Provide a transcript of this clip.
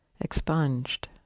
expunged